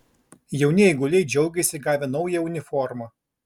jauni eiguliai džiaugiasi gavę naują uniformą